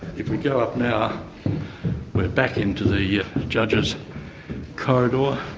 if we go up now we're back into the yeah judge's corridor.